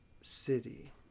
city